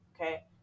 okay